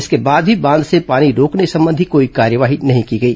इसके बाद भी बांध से पानी रोकने संबंधी कोई कार्यवाही नहीं की गई